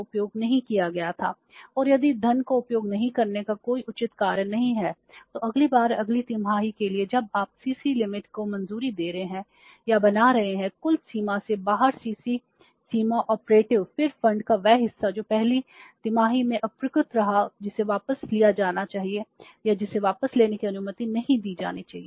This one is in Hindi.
उपयोग करने के लिए कितना है लेकिन सीसी सीमा में अप्रयुक्त रहा जिसे वापस लिया जाना चाहिए या जिसे वापस लेने की अनुमति नहीं दी जानी चाहिए